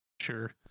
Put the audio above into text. Sure